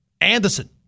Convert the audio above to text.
Anderson